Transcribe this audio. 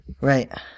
Right